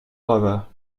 gravats